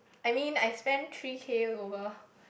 I mean I spend three K over